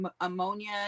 ammonia